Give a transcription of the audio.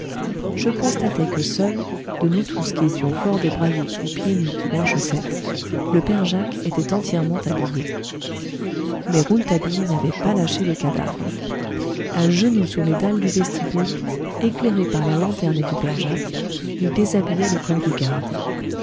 je constatai que seul de nous tous qui étions fort débraillés ou pieds nus ou en chaussettes le père jacques était entièrement habillé mais rouletabille n'avait pas lâché le cadavre à genoux sur les dalles du vestibule éclairé par la lanterne du père jacques il déshabillait le corps du garde